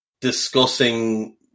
discussing